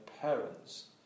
parents